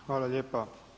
Hvala lijepa.